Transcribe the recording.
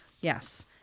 Yes